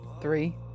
three